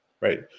Right